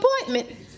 appointment